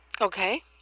Okay